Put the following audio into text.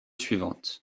suivantes